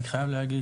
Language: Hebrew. אני חייב להגיד